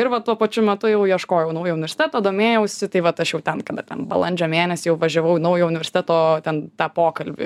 ir va tuo pačiu metu jau ieškojau naujo universiteto domėjausi tai vat aš jau ten kada ten balandžio mėnesį jau važiavau į naujo universiteto ten tą pokalbį